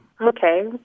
Okay